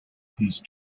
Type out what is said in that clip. whose